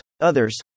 Others